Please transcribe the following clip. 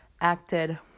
acted